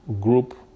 group